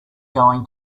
going